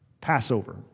Passover